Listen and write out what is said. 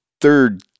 third